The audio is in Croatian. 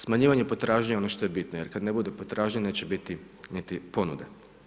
Smanjivanje potražnje j ono što j bitno, jer kada neće biti potražnje, neće biti niti ponude.